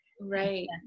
right